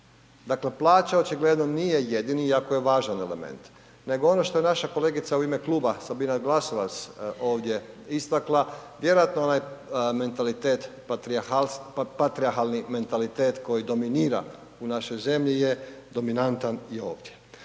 Dakle, plaća očigledno nije jedini iako je važan element, nego ono što je naša kolegica u ime kluba Sabina Glasovac ovdje istakla, vjerojatno onaj patrijarhalni mentalitet koji dominira u našoj zemlji je dominantan i ovdje.